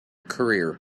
career